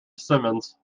simmons